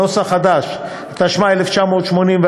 התשמ"א 1981,